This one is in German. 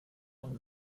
und